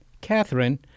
Catherine